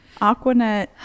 Aquanet